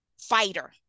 fighter